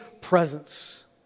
presence